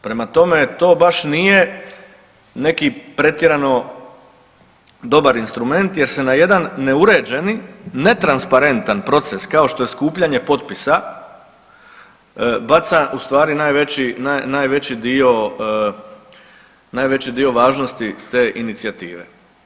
Prema tome, to baš nije neki pretjerano dobar instrument jer se na jedan neuređeni, netransparentan proces kao što se skupljanje potpisa, baca ustvari najveći dio važnosti te inicijative.